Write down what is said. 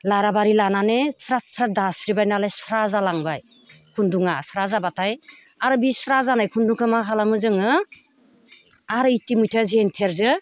Lara बारि लानानै स्राद स्राद दास्रोबाय नालाय स्रा जालांबाय खुन्दुङा स्रा जाबाथाय आरो बे स्रा जानाय खुन्दुंखौ मा खालामो जोङो आरो इदिमध्ये जेन्थेरजों